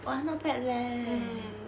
!wah! not bad leh